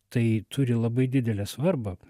tai turi labai didelę svarbą